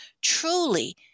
truly